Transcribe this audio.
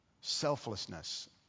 selflessness